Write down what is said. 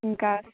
ఇంకా